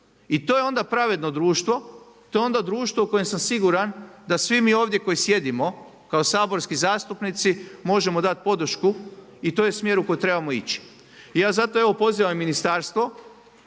I to je onda pravedno društvo, to je onda društvo u kojem sam siguran da svi mi ovdje koji sjedimo kao saborski zastupnici možemo dati podršku i to je smjer u kojem trebamo ići. Ja zato, evo pozivam i ministarstvo,